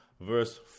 verse